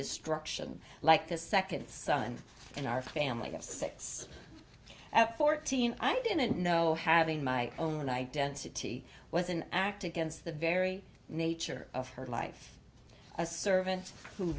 destruction like this second son in our family of six at fourteen i didn't know having my own identity was an act against the very nature of her life as a servant who